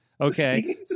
Okay